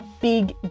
big